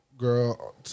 girl